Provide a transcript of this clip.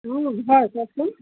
হয় কওকচোন